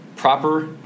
Proper